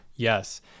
Yes